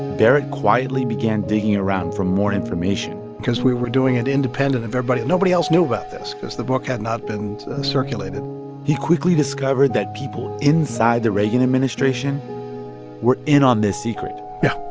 barrett quietly began digging around for more information cause we were doing it independent of everybody. nobody else knew about this cause the book had not been circulated he quickly discovered that people inside the reagan administration were in on this secret yeah.